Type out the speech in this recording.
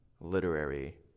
literary